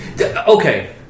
Okay